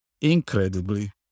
incredibly